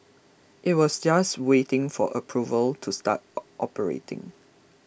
it was just waiting for approval to start operating